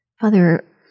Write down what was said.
Father